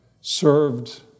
served